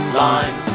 line